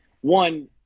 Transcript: one